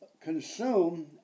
consume